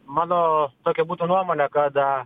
mano tokia būtų nuomonė kada